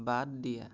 বাদ দিয়া